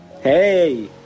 Hey